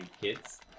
kids